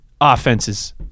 offense's